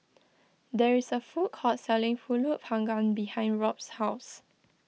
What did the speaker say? there is a food court selling Pulut Panggang behind Robt's house